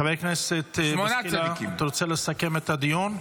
חבר הכנסת בוסקילה, אתה רוצה לסכם את הדיון?